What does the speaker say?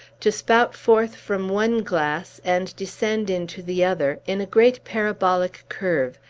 to spout forth from one glass and descend into the other, in a great parabolic curve,